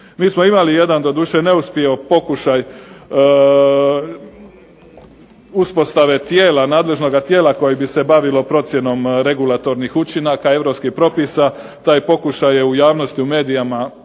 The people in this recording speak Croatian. Mi smo imali jedan doduše neuspio pokušaj uspostave nadležnoga tijela koje bi se bavilo procjenom regulatornih učinaka europskih propisa. Taj pokušaj je u javnosti u medijima